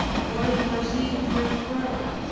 for his mercy endureth for ever.